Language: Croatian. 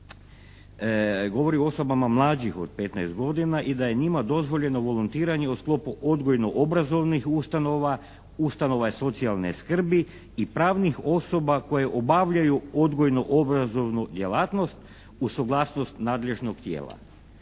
govori o osobama mlađim od 15 godina i da je njima dozvoljeno volontiranje u sklopu odgojno-obrazovnih ustanova, ustanova socijalne skrbi i pravnih osoba koje obavljaju odgojno-obrazovnu djelatnost uz suglasnost nadležnog tijela.